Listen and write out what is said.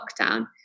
lockdown